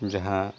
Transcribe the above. ᱡᱟᱦᱟᱸ